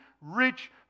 rich